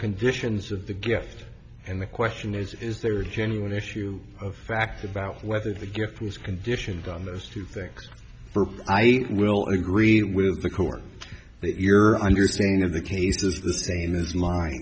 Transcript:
conditions of the gift and the question is is there a genuine issue of fact about whether the gift was conditioned on those two things i will agree with the court that your understanding of the case is the same as mine